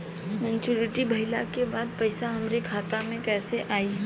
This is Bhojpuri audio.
मच्योरिटी भईला के बाद पईसा हमरे खाता में कइसे आई?